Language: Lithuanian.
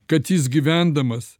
kad jis gyvendamas